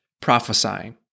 prophesying